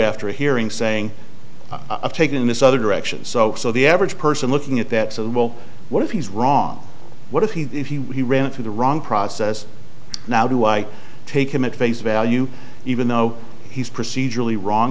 after a hearing saying of taking this other direction so so the average person looking at that so well what if he's wrong what if he if you he ran into the wrong process now do i take him at face value even though he's procedurally wrong